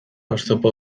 oztopo